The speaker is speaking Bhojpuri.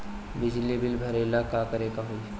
बिजली बिल भरेला का करे के होई?